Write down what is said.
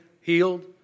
healed